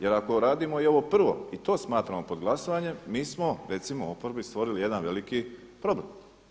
Jer ako radimo i ovo prvo i to smatramo pod glasovanjem mi smo recimo oporbi stvorili jedan veliki problem.